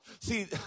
See